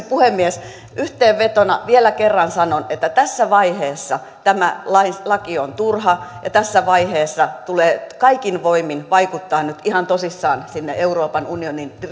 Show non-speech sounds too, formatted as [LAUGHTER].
[UNINTELLIGIBLE] puhemies yhteenvetona vielä kerran sanon että tässä vaiheessa tämä laki on turha ja tässä vaiheessa tulee kaikin voimin vaikuttaa nyt ihan tosissaan sinne euroopan unionin